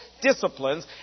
disciplines